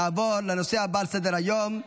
נעבור לנושא הבא על סדר-היום: